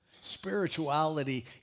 Spirituality